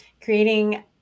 creating